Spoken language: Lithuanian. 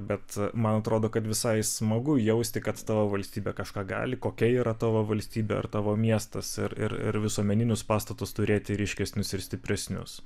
bet man atrodo kad visai smagu jausti kad tavo valstybė kažką gali kokia yra tavo valstybė ar tavo miestas ir ir visuomeninius pastatus turėti ryškesnius ir stipresnius